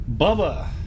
Bubba